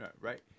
Right